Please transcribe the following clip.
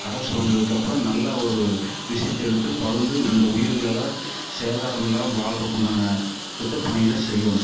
அரசு வந்ததுக்கு அப்புறம் நல்ல ஒரு விஷயத்தை எடுத்து பகிர்ந்து இந்த உயிர்களெல்லாம் சேதாரம் இல்லாம வாழ்றதுக்கு உண்டான திட்டப்பணிகளை செய்யணும்